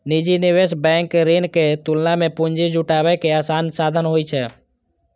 निजी निवेश बैंक ऋण के तुलना मे पूंजी जुटाबै के आसान साधन होइ छै